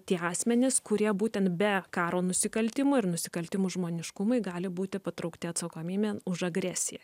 tie asmenys kurie būtent be karo nusikaltimų ir nusikaltimų žmoniškumui gali būti patraukti atsakomybėn už agresiją